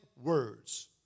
words